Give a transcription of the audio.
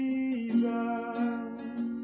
Jesus